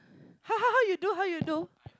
how how how you do how you do